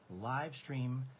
Livestream